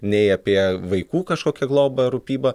nei apie vaikų kažkokią globą rūpybą